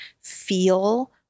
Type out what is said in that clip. feel